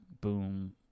boom